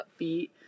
upbeat